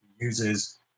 uses